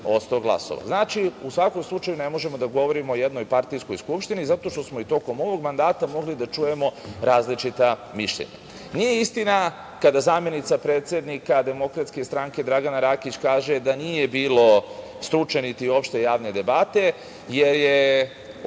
Znači, u svakom slučaju ne možemo da govorimo o jednopartijskoj Skupštini zato što smo i tokom ovog mandata mogli da čujemo različita mišljenja. Nije istina kada zamenica predsednika DS, Dragana Rakić kaže da nije bilo stručne, niti opšte javne debate, jer je